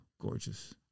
gorgeous